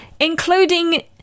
including